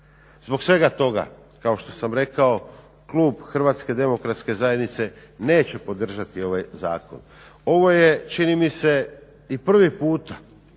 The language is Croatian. Zbog svega toga kao što sam rekao klub Hrvatske demokratske zajednice neće podržati ovaj zakon. Ovo je čini mi se i prvi puta